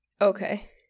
Okay